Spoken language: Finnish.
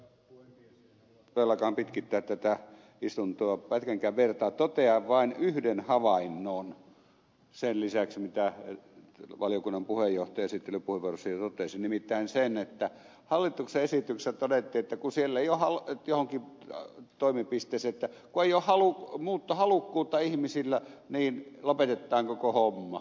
en halua todellakaan pitkittää tätä istuntoa pätkänkään vertaa totean vain yhden havainnon sen lisäksi mitä valiokunnan puheenjohtaja esittelypuheenvuorossaan jo totesi nimittäin sen että hallituksen esityksessä todettiin että kun siellä ei ole johonkin toimipisteeseen muuttohalukkuutta ihmisillä niin lopetetaan koko homma